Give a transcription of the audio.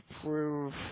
prove